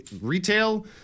retail